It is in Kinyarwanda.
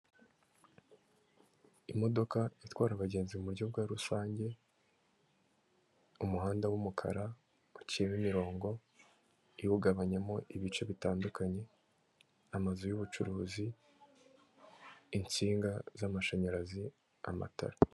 Imodoka itwara abagenzi mu buryo bwa rusange, umuhanda w'umukara uciyemo imirongo iwugabanyamo ibice bitandukanye, amazu y'ubucuruzi, insinga z'amashanyarazi, amatara.